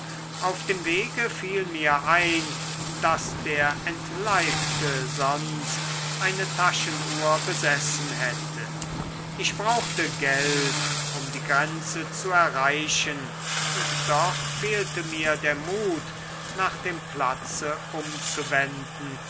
auf dem wege fiel mir ein daß der entleibte sonst eine taschenuhr besessen hätte ich brauchte geld um die grenze zu erreichen und doch fehlte mir der mut nach dem platze umzuwenden